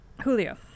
Julio